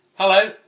Hello